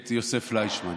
את יוסף פליישמן.